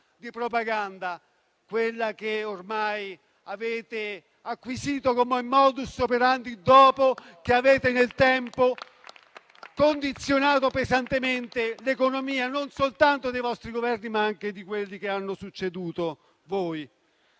di propaganda, quella che ormai avete acquisito come *modus operandi* dopo che avete nel tempo condizionato pesantemente l'economia non soltanto con i vostri Governi, ma anche con quelli che sono seguiti.